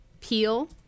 Peel